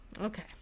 Okay